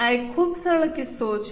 આ એક ખૂબ જ સરળ કિસ્સો છે